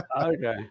Okay